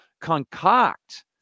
concoct